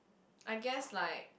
I guess like